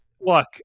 look